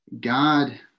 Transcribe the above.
God